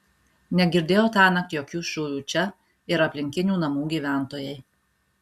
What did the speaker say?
negirdėjo tąnakt jokių šūvių čia ir aplinkinių namų gyventojai